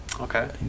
Okay